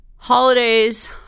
Holidays